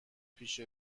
پیش